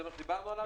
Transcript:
זה מה שדיברנו עליו?